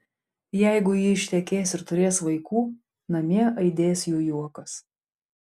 jeigu ji ištekės ir turės vaikų namie aidės jų juokas